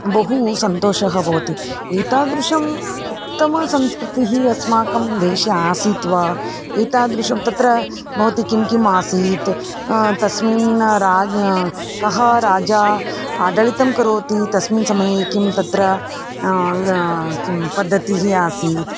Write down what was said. बहु सन्तोषः भवति एतादृशी उत्तमसंस्कृतिः अस्माकं देशे आसीत् वा एतादृशं तत्र भवति किं किम् आसीत् तस्मिन् राज्ये कः राजा आदलितं करोति तस्मिन् समये किं तत्र का पद्धतिः आसीत्